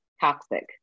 toxic